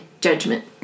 judgment